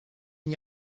n’y